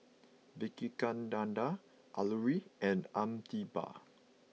Vivekananda Alluri and Amitabh